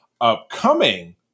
upcoming